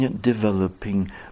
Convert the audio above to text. developing